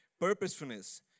Purposefulness